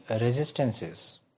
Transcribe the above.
resistances